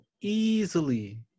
easily